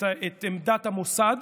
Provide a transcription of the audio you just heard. אימצנו